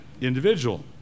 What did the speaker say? individual